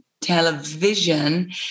television